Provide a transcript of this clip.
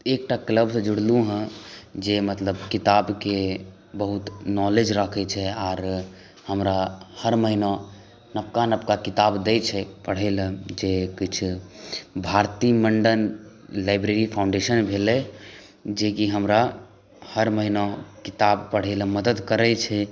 एकटा क्लब सॅं जुड़लहुॅं हेँ जे मतलब किताब के बहुत नौलेज राखै छै आर हमरा हर महिना नबका नबका किताब दै छै पढ़य लए जे किछु भारती मण्डन लाइब्रेरी फाउण्डेशन भेलै जे कि हमरा हर महिना किताब पढ़य लए मदद करै छै